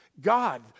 God